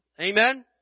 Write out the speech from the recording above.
Amen